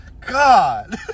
God